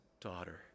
daughter